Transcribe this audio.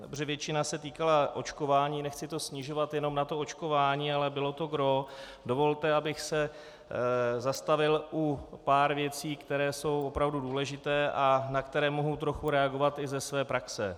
Protože většina se týkala očkování, nechci to snižovat jenom na to očkování, ale bylo to gros, dovolte, abych se zastavil u pár věcí, které jsou opravdu důležité a na které mohu trochu reagovat i ze své praxe.